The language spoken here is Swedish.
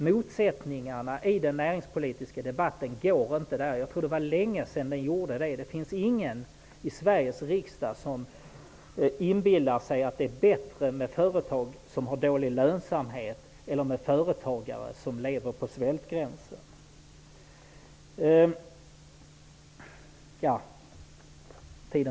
Motsättningarna i den näringspolitiska debatten finns inte just där -- det var länge sedan. Det är ingen i Sveriges riksdag som inbillar sig att det är bättre med företag som har dålig lönsamhet eller med företagare som lever på svältgränsen.